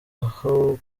aho